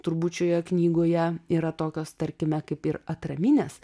turbūt šioje knygoje yra tokios tarkime kaip ir atraminės